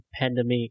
pandemic